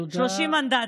30 מנדטים.